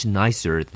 nicer